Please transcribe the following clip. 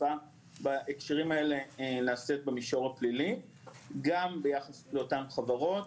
האכיפה נעשית במישור הפלילי גם ביחס לאותן חברות